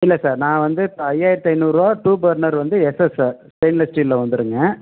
இல்லை சார் நான் வந்து ஐயாயிரத்தி ஐந்நூறுபா டூ பர்னர் வந்து எஸ்எஸ் சார் ஸ்டெயின்லெஸ் ஸ்டீல்ல வந்துடுங்க